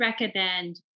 recommend